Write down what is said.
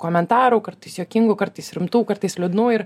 komentarų kartais juokingų kartais rimtų kartais liūdnų ir